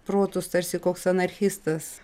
protus tarsi koks anarchistas